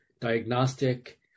diagnostic